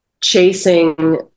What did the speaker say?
chasing